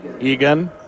Egan